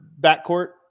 backcourt